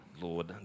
Lord